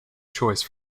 choice